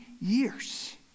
years